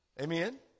Amen